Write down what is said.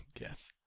Yes